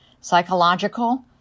Psychological